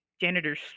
janitor's